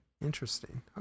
Interesting